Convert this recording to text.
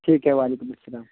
ٹھیک ہے و علیکم السلام